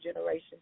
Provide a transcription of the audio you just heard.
generation